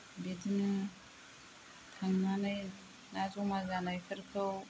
बिदिनो थांनानै ना जमा जानायफोरखौ